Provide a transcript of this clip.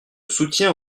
soutien